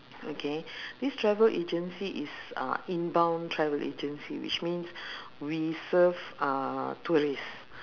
okay this travel agency is uh inbound travel agency which means we serve uh tourist